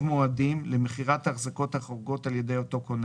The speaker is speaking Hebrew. מועדים למכירת ההחזקות החורגות על ידי אותו כונס,